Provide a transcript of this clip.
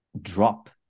drop